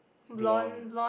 blonde